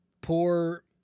poor